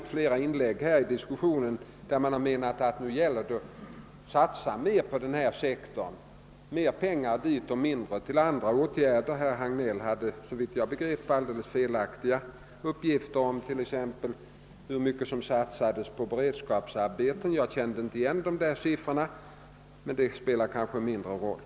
I flera inlägg i denna debatt har det sagts att nu gäller det att satsa mer på den och den sektorn och mindre peng ar på andra åtgärder. Såvitt jag förstår lämnade emellertid herr Hagnell helt felaktiga uppgifter om hur mycket vi t.ex. satsar på beredskapsarbeten. Jag kände inte alls igen de siffrorna, men det spelar kanske inte så stor roll.